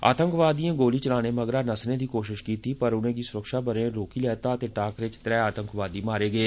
आतंकवादियें गोली चलाने मगरा नस्सने दी कोशिश कीती पर उनेंगी स्रक्षाबलें रोकी लैता ते टाकरे च त्रै आतंकवादी मार गे